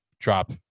drop